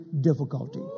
difficulty